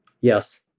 Yes